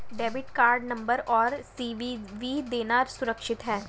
Debit card number और CVV देना सुरक्षित है?